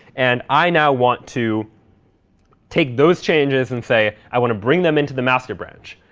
and i now want to take those changes and say, i want to bring them into the master branch.